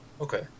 Okay